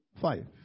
five